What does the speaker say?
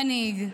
מנהיג.